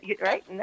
right